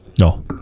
no